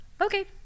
okay